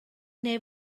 neu